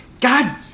God